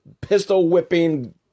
pistol-whipping